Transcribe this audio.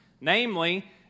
namely